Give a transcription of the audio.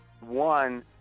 One